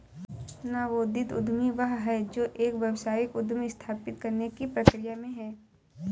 नवोदित उद्यमी वह है जो एक व्यावसायिक उद्यम स्थापित करने की प्रक्रिया में है